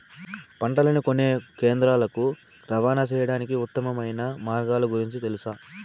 పంటలని కొనే కేంద్రాలు కు రవాణా సేయడానికి ఉత్తమమైన మార్గాల గురించి తెలుసా?